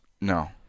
No